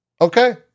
Okay